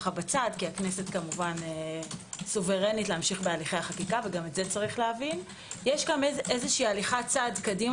והכנסת סוברנית להמשיך בהליכי החקיקה יש פה הליכת צעד קדימה